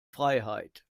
freiheit